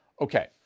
Okay